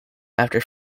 after